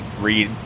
read